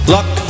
Luck